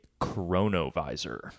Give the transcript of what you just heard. Chronovisor